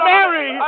Mary